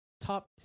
top